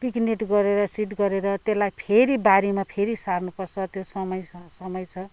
पिकनिद गरेर सिड गरेर त्यसलाई फेरि बारीमा फेरि सार्नुपर्छ समय स समय छ